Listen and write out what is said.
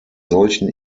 solchen